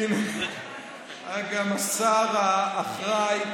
הינה גם השר האחראי.